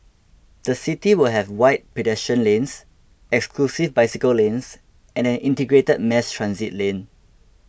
the city will have wide pedestrian lanes exclusive bicycle lanes and an integrated mass transit lane